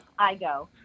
Igo